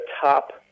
top